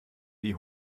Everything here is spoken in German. die